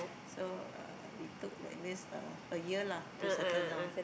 so uh we took at least a a year lah to settle down